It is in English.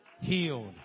healed